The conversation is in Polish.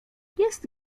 jest